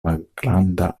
malgranda